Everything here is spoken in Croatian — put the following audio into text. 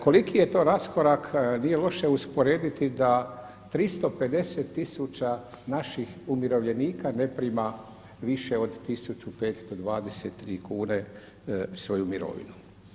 Koliki je to raskorak, nije loše usporediti da 350 tisuća naših umirovljenika ne prima više od 1.523 kune svoju mirovinu.